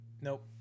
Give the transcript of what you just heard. Nope